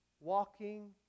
walking